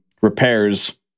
repairs